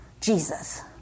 Jesus